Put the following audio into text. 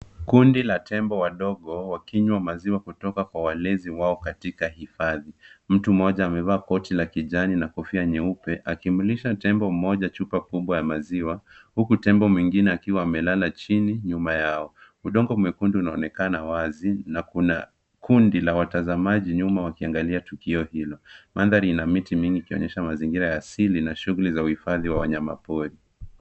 Kundi la tembo wadogo wakinywa maziwa kutoka kwa walezi wao katika hifadhi. Mtu mmoja amevaa koti la kijani na kofia nyeupe, akimlisha tembo mmoja chupa kubwa ya maziwa, huku tembo mwingine akiwa amelala chini nyuma yao. Udongo mwekundu unaonekana wazi na kuna kundi la watazamaji nyuma wakiangalia tukio hilo. Mandhari ina miti mingi ikionyesha mazingira ya asili na shughuli za uhifadhi wa wanyama pori.